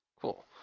Cool